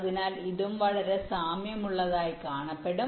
അതിനാൽ ഇതും വളരെ സാമ്യമുള്ളതായി കാണപ്പെടും